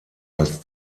als